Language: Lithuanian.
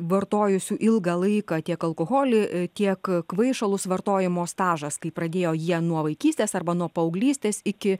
vartojusių ilgą laiką tiek alkoholį tiek kvaišalus vartojimo stažas kai pradėjo jie nuo vaikystės arba nuo paauglystės iki